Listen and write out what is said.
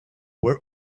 were